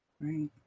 Right